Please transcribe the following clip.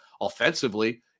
offensively